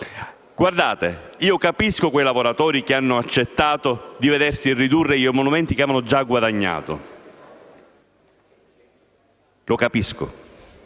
avvenga. Capisco quei lavoratori che hanno accettato di vedersi ridurre gli emolumenti che avevano già maturato. Ripeto, lo capisco.